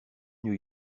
new